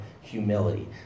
humility